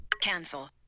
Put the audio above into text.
cancel